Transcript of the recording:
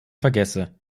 vergesse